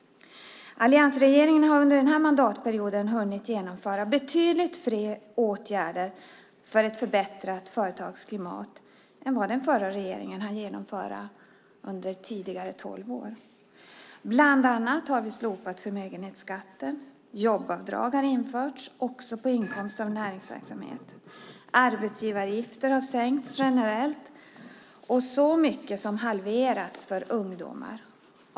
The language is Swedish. Alliansregeringen har under den här mandatperioden hunnit genomföra betydligt fler åtgärder för ett förbättrat företagsklimat än vad den förra regeringen hann genomföra under tolv år. Bland annat har vi slopat förmögenhetsskatten, jobbavdrag har införts också på inkomst av näringsverksamhet och arbetsgivaravgifterna har sänkts generellt och så mycket som halverats för ungdomar.